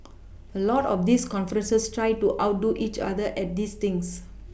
a lot of these conferences try to outdo each other at these things